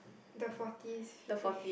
the forties fif~